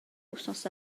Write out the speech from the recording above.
wythnos